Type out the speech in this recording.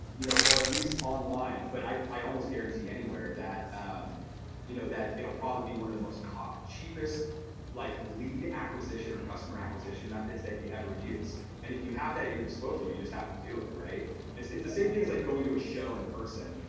you know or at least online, but i almost guarantee anywhere that um you know that it'll probably be one of the most cheapest like lead acquisition or customer acquisition methods that you ever use. and if you have that at your disposal, you just have to do it. it's it's the same thing as like going to a show in person.